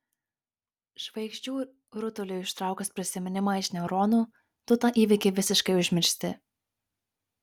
žvaigždžių rutuliui ištraukus prisiminimą iš neuronų tu tą įvykį visiškai užmiršti